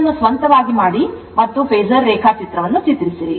ಇದನ್ನು ಸ್ವಂತವಾಗಿ ಮಾಡಿ ಮತ್ತು ಫೇಸರ್ ರೇಖಾಚಿತ್ರವನ್ನು ಚಿತ್ರಿಸಿರಿ